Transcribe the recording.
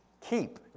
Keep